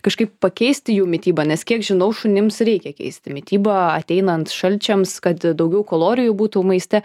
kažkaip pakeisti jų mitybą nes kiek žinau šunims reikia keisti mitybą ateinant šalčiams kad daugiau kalorijų būtų maiste